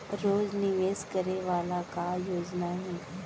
रोज निवेश करे वाला का योजना हे?